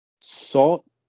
Salt